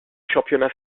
championnat